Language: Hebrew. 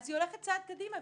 אז היא הולכת צעד קדימה,